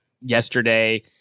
yesterday